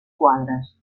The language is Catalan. quadres